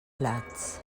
plats